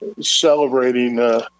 celebrating –